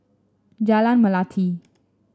Jalan Melati